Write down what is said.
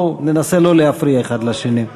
בואו ננסה לא להפריע אחד לשני.